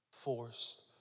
Forced